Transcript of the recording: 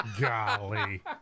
Golly